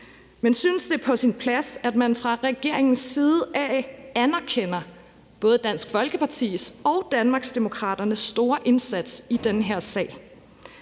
jeg synes, det er på sin plads, at man fra regeringens side anerkender både Dansk Folkepartis og Danmarksdemokraternes store indsats i den her sag.